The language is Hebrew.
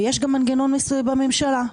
ויש גם מנגנון בממשלה,